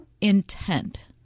intent